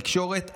התקשורת,